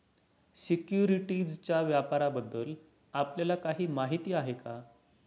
सिक्युरिटीजच्या व्यापाराबद्दल आपल्याला काही माहिती आहे का?